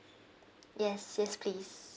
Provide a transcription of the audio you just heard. yes yes please